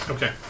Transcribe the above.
Okay